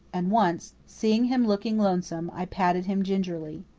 and once, seeing him looking lonesome, i patted him gingerly.